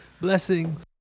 Blessings